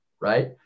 right